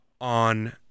on